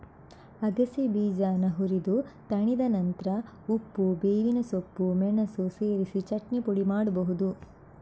ಅಗಸೆ ಬೀಜಾನ ಹುರಿದು ತಣಿದ ನಂತ್ರ ಉಪ್ಪು, ಬೇವಿನ ಸೊಪ್ಪು, ಮೆಣಸು ಸೇರಿಸಿ ಚಟ್ನಿ ಪುಡಿ ಮಾಡ್ಬಹುದು